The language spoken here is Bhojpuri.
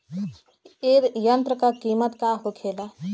ए यंत्र का कीमत का होखेला?